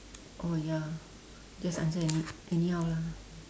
oh ya just answer any~ anyhow lah